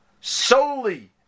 solely